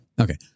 Okay